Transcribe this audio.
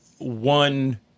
one